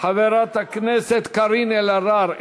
חברת הכנסת קארין אלהרר,